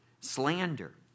slander